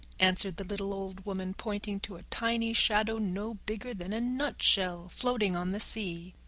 answered the little old woman, pointing to a tiny shadow, no bigger than a nutshell, floating on the sea.